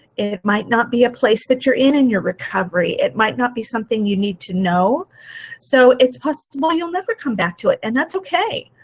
it might not be a place that you're in in your recovery, it might not be something you need to know so it's possible you'll never come back to it and that's okay.